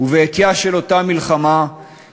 ודאי היית זוכר את אותה פשיטה בקיץ 1975